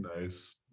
Nice